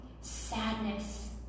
sadness